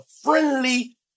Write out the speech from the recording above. friendly